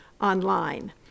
online